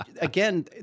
again